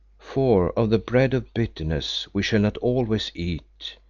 for of the bread of bitterness we shall not always eat,